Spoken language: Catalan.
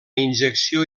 injecció